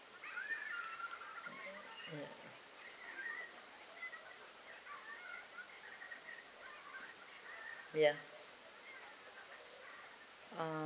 ya uh